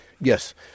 Yes